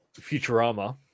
Futurama